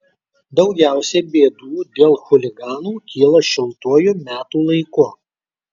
daugiausiai bėdų dėl chuliganų kyla šiltuoju metų laiku